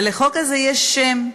ולחוק הזה יש שם,